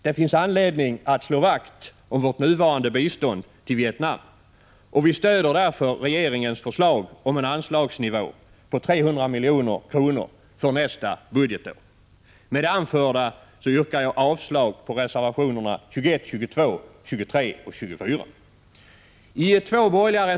Det finns anledning att slå vakt om vårt nuvarande bistånd till Vietnam, och vi stöder därför regeringens förslag om en anslagsnivå på 300 milj.kr. för nästa budgetår. Med det anförda yrkar jag avslag på reservationerna 21, 22, 23 och 24.